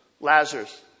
Lazarus